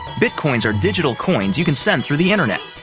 bitcoins are digital coins you can send through the internet.